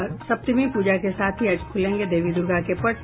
और सप्तमी पूजा के साथ ही आज खुलेंगे देवी दुर्गा के पट